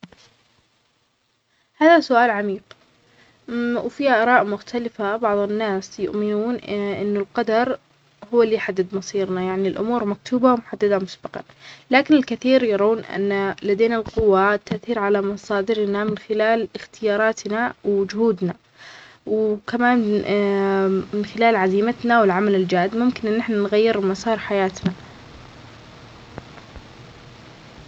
الناس يقدرون يؤثرون على مصائرهم بشكل كبير من خلال اختياراتهم وأفعالهم. لكن في بعض الأحيان، يكون فيه ظروف أو أحداث خارجة عن إرادتنا تحدد جزء من مصيرنا. العبرة تكمن في كيف نواجه هذه التحديات وكيف نُحسن استغلال الفرص التي تواجهنا لتحقيق أهدافنا.